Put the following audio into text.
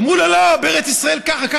אמרו לו: לא, בארץ ישראל ככה.